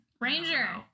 Ranger